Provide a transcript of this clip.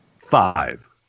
five